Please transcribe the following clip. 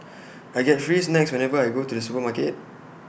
I get free snacks whenever I go to the supermarket